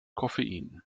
koffein